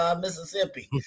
Mississippi